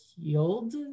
healed